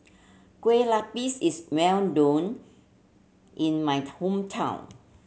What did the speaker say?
kue is well known in my hometown